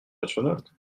nationale